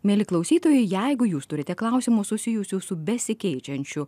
mieli klausytojai jeigu jūs turite klausimų susijusių su besikeičiančiu